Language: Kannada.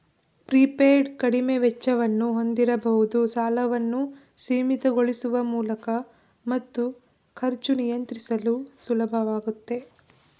ಪ್ರೀಪೇಯ್ಡ್ ಕಡಿಮೆ ವೆಚ್ಚವನ್ನು ಹೊಂದಿರಬಹುದು ಸಾಲವನ್ನು ಸೀಮಿತಗೊಳಿಸುವ ಮೂಲಕ ಮತ್ತು ಖರ್ಚು ನಿಯಂತ್ರಿಸಲು ಸುಲಭವಾಗುತ್ತೆ